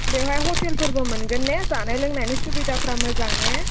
बेवहाय हटेलफोरबो मोनगोन ने जानाय लोंनायनि सुबिदा फोरा मोजां ने